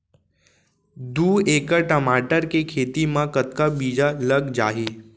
दू एकड़ टमाटर के खेती मा कतका बीजा लग जाही?